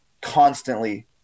constantly